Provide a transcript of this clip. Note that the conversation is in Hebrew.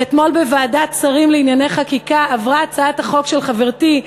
שאתמול בוועדת שרים לענייני חקיקה עברה הצעת החוק של חברתי,